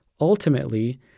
Ultimately